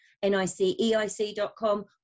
NICEIC.com